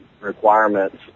requirements